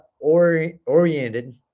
oriented